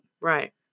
Right